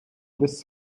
this